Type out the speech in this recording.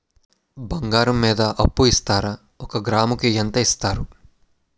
బంగారం మీద అప్పు ఇస్తారా? ఒక గ్రాము కి ఎంత ఇస్తారు?